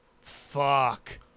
fuck